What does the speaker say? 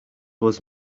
was